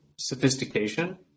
sophistication